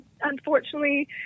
unfortunately